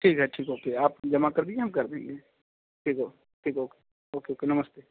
ठीक है ठीक है ठीक है आप जमा कर दीजिए हम कर देंगे ठीक है ठीक है ओके ओके नमस्ते